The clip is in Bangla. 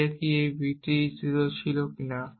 যে একটি কী বিট 0 ছিল কিনা